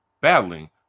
battling